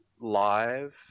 live